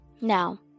Now